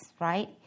right